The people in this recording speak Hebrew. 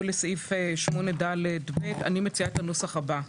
לסעיף 8ד(ב) אני מציעה את הנוסח הבא: